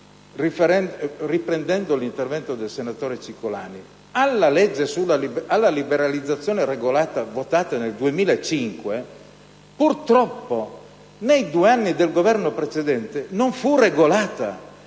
riprendendo l'intervento del senatore Cicolani, la liberalizzazione votata nel 2005 purtroppo, nei due anni del Governo precedente, non fu regolata,